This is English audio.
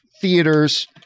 theaters